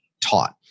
taught